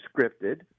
scripted